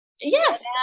Yes